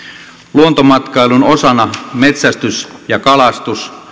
luontomatkailun osana metsästys ja kalastus